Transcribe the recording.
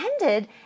ended